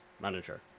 manager